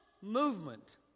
movement